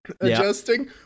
adjusting